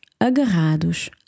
agarrados